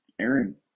Aaron